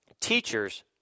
teachers